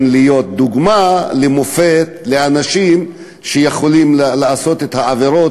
להיות דוגמה ומופת לאנשים שיכולים לעשות את העבירות